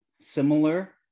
similar